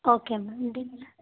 okay ma'am அப்படின்னா